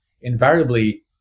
invariably